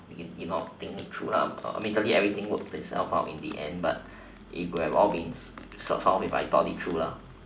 did not think through lah immediately everything works itself out in the end but it would have all been solved if I dealt it through lah